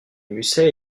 musset